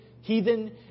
heathen